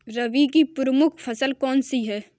रबी की प्रमुख फसल कौन सी है?